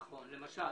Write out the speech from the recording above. למשל.